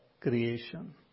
creation